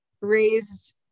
raised